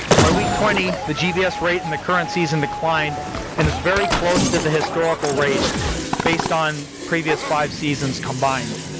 by week twenty the gbs rate in the current season declined and is very close to the historical rate based on previous five seasons combined.